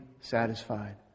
satisfied